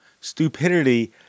Stupidity